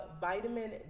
vitamin